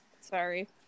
sorry